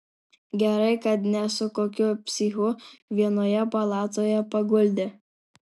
gerai kad ne su kokiu psichu vienoje palatoje paguldė